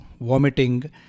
vomiting